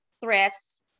thrifts